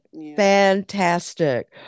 fantastic